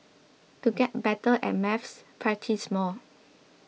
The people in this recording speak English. to get better at maths practise more